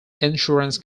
insurance